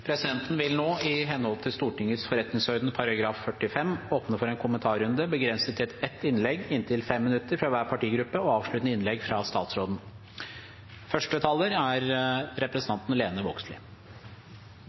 Stortingets forretningsorden § 45, åpne for en kommentarrunde, begrenset til ett innlegg på inntil 5 minutter fra hver partigruppe og avsluttende innlegg fra statsråden.